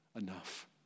enough